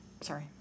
sorry